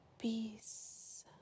Peace